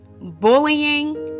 bullying